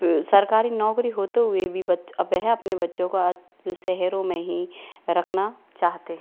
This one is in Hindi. सरकारी नौकरी होते हुए भी वह अपने बच्चों का शहरों में ही रखना चाहते हैं